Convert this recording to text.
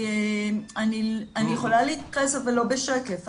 אני יכולה להתייחס, אבל לא בשקף.